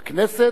הכנסת,